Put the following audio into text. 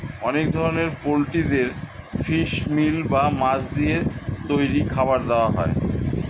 অনেক ধরনের পোল্ট্রিদের ফিশ মিল বা মাছ দিয়ে তৈরি খাবার দেওয়া হয়